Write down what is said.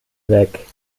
weg